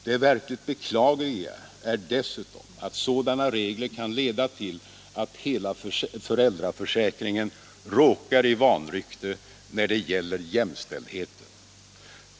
Det verkligt beklagliga är dessutom att sådana regler kan leda till att hela föräldraförsäkringen råkar i vanrykte när det gäller jämställdheten.